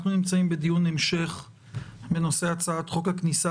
אנחנו נמצאים בדיון המשך בנושא הצעת חוק הכניסה